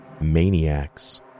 maniacs